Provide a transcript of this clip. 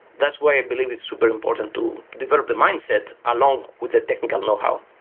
that's why i believe it's super important to develop the mindset along with the technical knowhow.